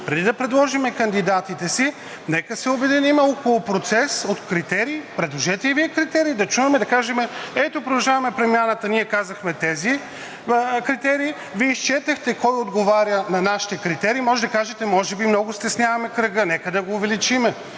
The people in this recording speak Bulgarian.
Преди да предложим кандидатите си, нека се обединим около процес от критерии. Предложете и Вие критерии. Да чуем, да кажем – ето „Продължаваме Промяната“, ние казахме тези критерии. Вие изчетохте кой отговаря на нашите критерии. Може да кажете – може би много стесняваме кръга. Нека да го увеличим.